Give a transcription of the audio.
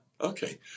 Okay